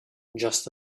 just